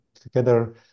together